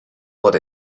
what